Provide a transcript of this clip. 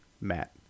Matt